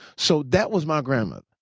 so that was my grandmother.